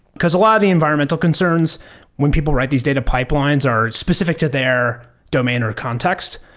because a lot of the environmental concerns when people write these data pipelines are specific to their domain or context,